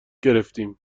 گرفتیم